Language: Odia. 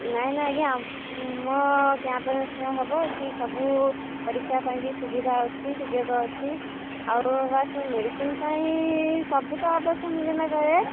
ନାଇ ନାଇ ଆଜ୍ଞା ମୋ କ୍ୟାମ୍ପରେ ସେ ହେବ ଏଠି ସବୁ ପରୀକ୍ଷାପାଇଁ ବି ସୁବିଧା ଅଛି ସୁଯୋଗ ଅଛି ଆଉ ବାସ୍ ମେଡ଼ିସିନ୍ ପାଇଁ ସବୁ ତ ଅବଶ୍ୟ ମିଳି ନପାରେ